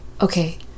okay